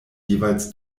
jeweils